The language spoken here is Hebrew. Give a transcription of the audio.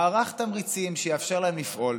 מערך תמריצים שיאפשר להם לפעול.